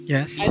Yes